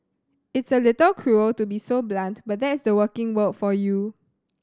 it's a little cruel to be so blunt but that's the working world for you